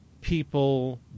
people